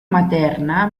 materna